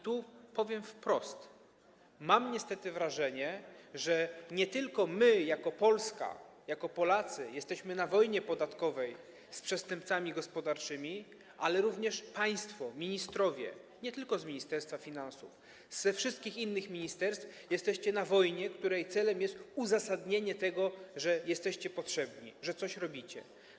Tu powiem wprost: niestety mam wrażenie, że nie tylko my jako Polska, jako Polacy jesteśmy na wojnie podatkowej z przestępcami gospodarczymi, ale również państwo ministrowie, nie tylko z Ministerstwa Finansów, ze wszystkich innych ministerstw, jesteście na wojnie, której celem jest uzasadnienie tego, że jesteście potrzebni, że coś robicie.